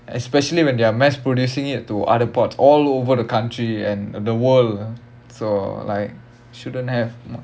especially when they are mass producing it to other part all over the country and the world so like shouldn't have